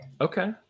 Okay